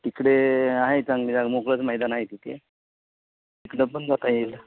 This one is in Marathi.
तिकडे आहे चांगली जागा मोकळंच मैदान आहे तिथे तिकडं पण जाता येईल